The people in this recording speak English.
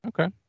Okay